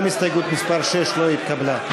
גם הסתייגות מס' 6 לא התקבלה.